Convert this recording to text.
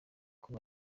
kuba